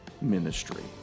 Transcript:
ministry